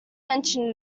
mentioned